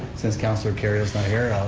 since councilor kerrio's not here, i'll,